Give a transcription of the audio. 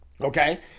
Okay